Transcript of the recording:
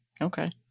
Okay